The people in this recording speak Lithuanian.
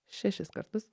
šešis kartus